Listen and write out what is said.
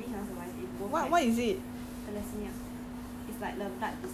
the baby will die they cannot survive the baby cannot survive if both have